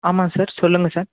ஆமாம் சார் சொல்லுங்கள் சார்